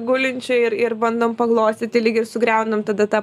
gulinčiu ir ir bandom paglostyti lyg ir sugriaunam tada tą